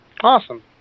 Awesome